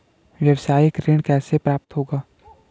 व्यावसायिक ऋण कैसे प्राप्त होगा?